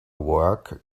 work